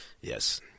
Yes